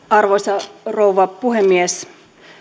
arvoisa rouva puhemies